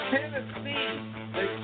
Tennessee